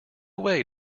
way